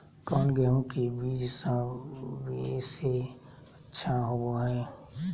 कौन गेंहू के बीज सबेसे अच्छा होबो हाय?